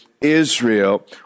Israel